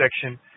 section